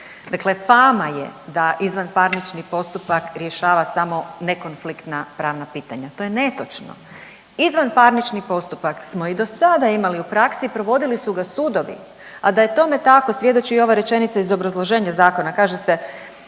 Dakle, fama je da izvanparnični postupak rješava samo nekonfliktna pravna pitanja, to je netočno. Izvanparnični postupak smo i do sada imali u praksi provodili su ga sudovi, a da je tome tako svjedoči i ova rečenica iz obrazloženja zakona, kaže se